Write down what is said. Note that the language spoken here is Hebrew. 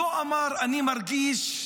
לא אמר: אני מרגיש רע.